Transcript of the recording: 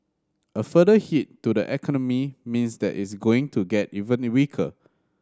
a further hit to the economy means that it's going to get even weaker